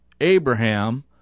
Abraham